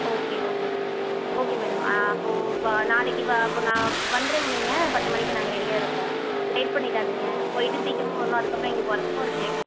okay okay sir okay madam ஆ அப்போது வ நாளைக்கு வ அப்போது நான் வந்துடுங்க நீங்கள் பத்து மணிக்கு நாங்கள் ரெடியாக இருப்போம் லேட் பண்ணிவிடாதீங்க போய்விட்டு சீக்கிரமாக வரணும் அதுக்கப்புறம் எங்களுக்கு ஒர்க்கும் இருக்குது